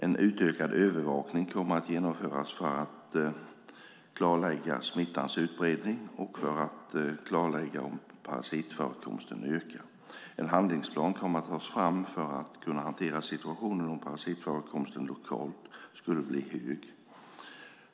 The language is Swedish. En utökad övervakning kommer att genomföras för att klarlägga smittans utbredning och för att klarlägga om parasitförekomsten ökar. En handlingsplan kommer att tas fram för att kunna hantera situationen om parasitförekomsten lokalt skulle bli hög.